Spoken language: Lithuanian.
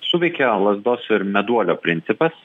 suveikė lazdos ir meduolio principas